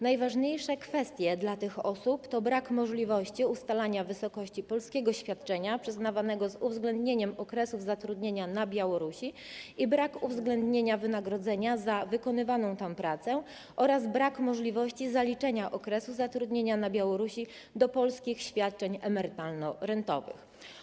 Najważniejsze kwestie dla tych osób to brak możliwości ustalania wysokości polskiego świadczenia przyznawanego z uwzględnieniem okresów zatrudnienia na Białorusi i brak uwzględnienia wynagrodzenia za wykonywaną tam pracę oraz brak możliwości zaliczenia okresu zatrudnienia na Białorusi do polskich świadczeń emerytalno-rentowych.